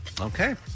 Okay